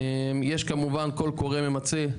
יש כמובן קול קורא ממצה,